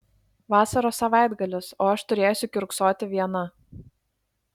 vasaros savaitgalis o aš turėsiu kiurksoti viena